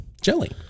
jelly